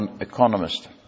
economist